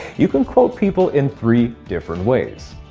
you can quote people in three different ways.